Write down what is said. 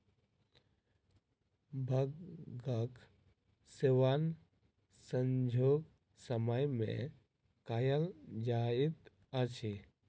भांगक सेवन सांझुक समय मे कयल जाइत अछि